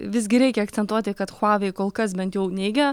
visgi reikia akcentuoti kad huawei kol kas bent jau neigia